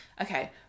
okay